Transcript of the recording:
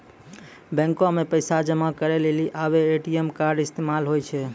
बैको मे पैसा जमा करै लेली आबे ए.टी.एम कार्ड इस्तेमाल होय छै